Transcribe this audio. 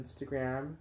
Instagram